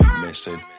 missing